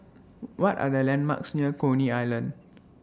What Are The landmarks near Coney Island